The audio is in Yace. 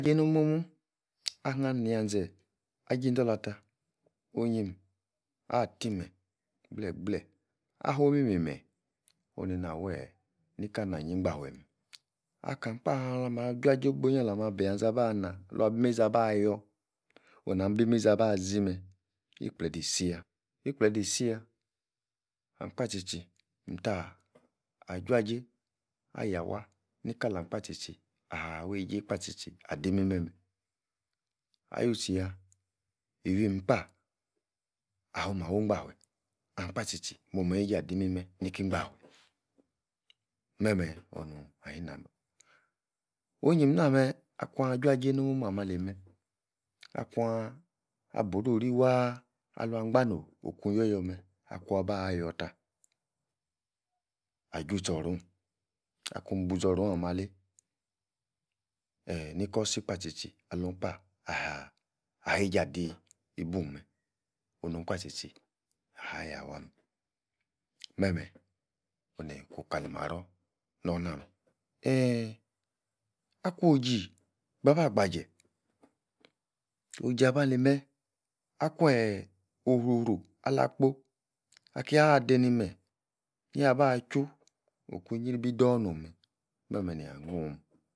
jeino'h momu, aha-nia-ze ah-ji indola-tah onyim, ah-ti-meyi gbleh-gbleh, afu-imimi-meyi, oneina-weeh nika-nah-nyii-ingbanfue meh. Akam-kpah, alamah juajei ogbonyi-alama- bia-ze abanah, luan-bi-meizi abayor, ohn-nama-bimeizi abah-zi meh, igledei-isi yah igbledei isi-yah, ahm-kpah jiji ntah ajujei ayawah nikalam-kpaah tchi, ah-weije-kpa tchi-tchi adi-imime-meh, awui-tchi-yah iwuim-kpah o'h- mah, wi-ingbaweh, ahm-kpa tchi-tchi mo'h meije adi imi meh ni-ingbafueh meh-meh onu-nuayi nah-meh onyim-nah-meh akuan jua-jei no'h momu ahmeh ali-meh, akuan!! abarori-wah, aluan gban-no kun yor-yor-meh, akuan-ba yor-tah ah-chu-tchor rohn akun-bu-zorohn ameh alei, eeh, nikozi tchi-tchi alun-kpeh aha eijia di yi bun-meh, onu-kpahtchi-tchi ayawah-meh, meh-meh, onu-nie-ku kali-maror norna-meh eeeeh, akworn-oji, babah gbaje, oji ah-meh-ali-meh, akun-eeeh ofuru ala-kpo, akiadei ni meyi, nia-bah-chwu, okun nribi dor nom-nah meh-meh meh-nia-nuhn-meh